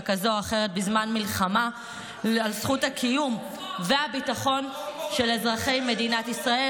כזאת או אחרת בזמן מלחמה על זכות הקיום והביטחון של אזרחי מדינת ישראל.